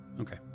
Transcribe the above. Okay